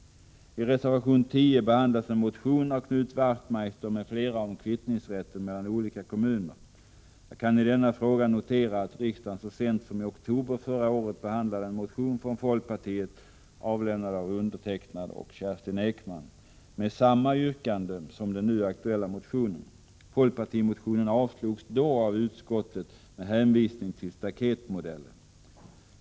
I reservation 10 behandlas en motion av Knut Wachtmeister m.fl. om kvittningsrätten mellan olika kommuner. Jag kan i denna fråga notera att riksdagen så sent som i oktober förra året behandlade en motion från folkpartiet, avlämnad av mig och Kerstin Ekman, med samma yrkande som den nu aktuella motionen. Folkpartimotionen avslogs då av utskottet med hänvisning till staketmodellen.